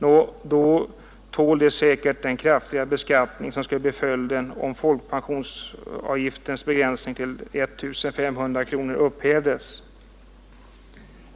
Nå, då tål de säkert den kraftigare beskattning som skulle bli följden om folkpensionsavgiftens begränsning till I 500 kronor upphävdes.